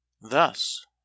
Thus